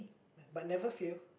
but never fail